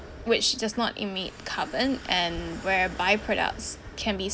which does not emit carbon and where by-products can be